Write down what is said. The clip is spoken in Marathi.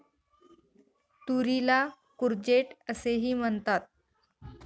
तुरीला कूर्जेट असेही म्हणतात